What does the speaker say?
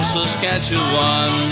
Saskatchewan